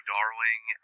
Darling